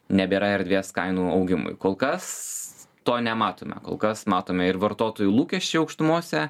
nebėra erdvės kainų augimui kol kas to nematome kol kas matome ir vartotojų lūkesčiai aukštumose